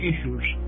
issues